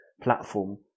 platform